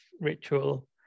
ritual